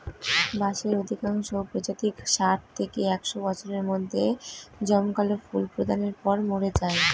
বাঁশের অধিকাংশ প্রজাতিই ষাট থেকে একশ বছরের মধ্যে জমকালো ফুল প্রদানের পর মরে যায়